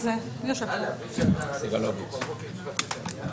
חמש זה קצת יותר מדי.